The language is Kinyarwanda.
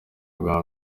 bwa